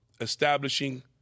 establishing